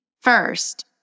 First